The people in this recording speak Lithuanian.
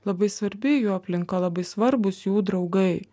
labai svarbi jų aplinka labai svarbūs jų draugai